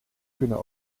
kunnen